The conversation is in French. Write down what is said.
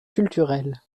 culturelle